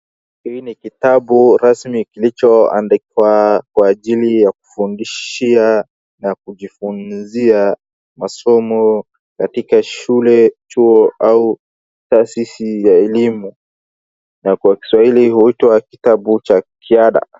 Hii ni kitabu rasmi kilicho andikwa kwa ajili ya kufundishia na kujifunzia masomo katika shule, chuo au taasisi ya elimu, na kwa kiswahili huitwa kitabu cha kiada.